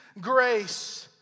grace